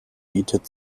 bietet